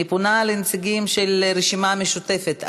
אני פונה לנציגים של הרשימה המשותפת,